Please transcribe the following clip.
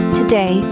today